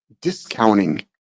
discounting